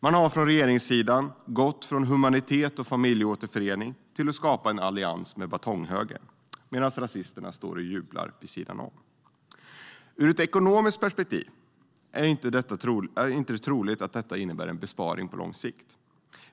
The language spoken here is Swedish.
Man har från regeringssidan gått från humanitet och familjeåterförening till att skapa en allians med batonghögern, medan rasisterna står och jublar vid sidan om. Ur ett ekonomiskt perspektiv är det inte troligt att detta innebär en besparing på lång sikt.